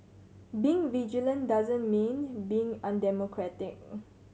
being vigilant doesn't mean being undemocratic